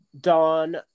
Don